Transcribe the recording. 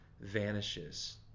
vanishes